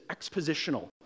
expositional